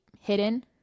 hidden